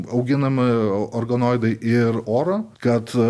auginami organoidai ir oro kad